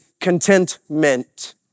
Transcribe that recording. contentment